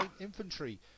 infantry